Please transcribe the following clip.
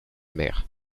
mer